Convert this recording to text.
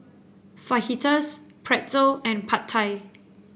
Fajitas Pretzel and Pad Thai